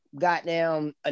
goddamn